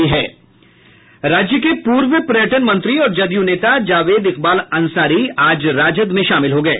राज्य के पूर्व पर्यटन मंत्री और जदयू नेता जावेद इकबाल अंसारी आज राजद में शामिल हो गये